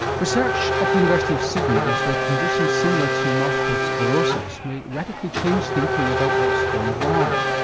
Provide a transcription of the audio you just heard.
research at the university of sydney into a condition similar to multiple sclerosis may radically change thinking about what's going wrong.